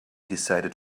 decided